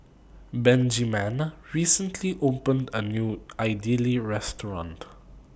Benjiman recently opened A New Idili Restaurant